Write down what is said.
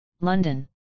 London